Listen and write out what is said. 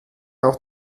auch